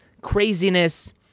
craziness